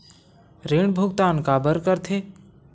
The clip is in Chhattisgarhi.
ऋण भुक्तान काबर कर थे?